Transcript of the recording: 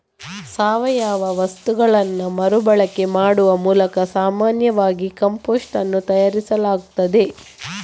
ಸಾವಯವ ವಸ್ತುಗಳನ್ನ ಮರು ಬಳಕೆ ಮಾಡುವ ಮೂಲಕ ಸಾಮಾನ್ಯವಾಗಿ ಕಾಂಪೋಸ್ಟ್ ಅನ್ನು ತಯಾರಿಸಲಾಗ್ತದೆ